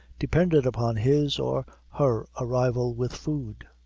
depended upon his or her arrival with food.